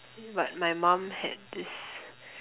but my mom had this